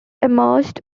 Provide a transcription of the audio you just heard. emerged